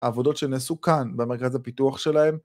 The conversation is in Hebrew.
סאב לסוכריאפט